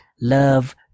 love